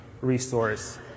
resource